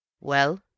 Well